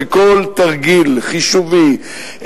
וכל תרגיל חישובי,